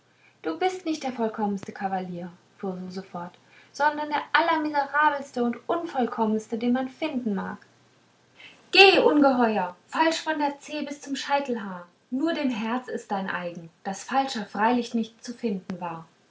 du bist nicht der vollkommenste kavalier fuhr suse fort sondern der allermiserabelste und unvollkommenste den man finden mag geh ungeheuer falsch von der zeh bis zum scheitelhaar nur dem herz ist dein eigen das falscher freilich nicht zu finden war